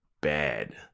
bad